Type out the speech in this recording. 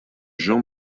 jean